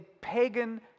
pagan